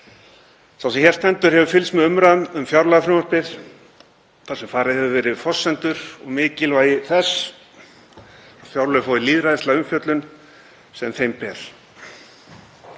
Sá sem hér stendur hefur fylgst með umræðum um fjárlagafrumvarpið þar sem farið hefur verið yfir forsendur og mikilvægi þess að fjárlög fái lýðræðislega umfjöllun sem þeim ber.